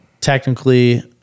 technically